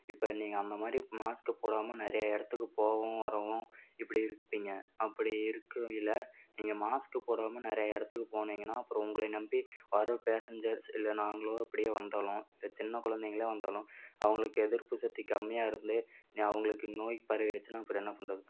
இப்போ நீங்கல் அந்தமாதிரி மாஸ்க்கு போடாமல் நிறைய இடத்துக்கு போகவும் வரவும் இப்படி இருப்பீங்க அப்படி இருக்கையில நீங்கள் மாஸ்க் போடாமல் நிறைய இடத்துக்கு போனீங்கன்னால் அப்புறம் உங்களை நம்பி வர பேஸஞ்சர்ஸ் இல்லை நாங்களோ அப்படியே வந்தாலும் இப்போ சின்ன குழந்தைங்களே வந்தாலும் அவங்களுக்கு எதிர்ப்பு சக்தி கம்மியாக இருந்து அவங்களுக்கு நோய் பரவிடுச்சின்னால் அப்புறம் என்ன பண்ணுறது